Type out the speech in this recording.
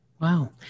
Wow